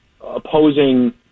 opposing